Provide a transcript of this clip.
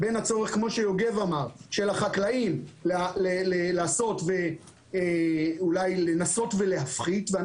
בין הצורך של החקלאים לעשות ואולי לנסות להפחית אנחנו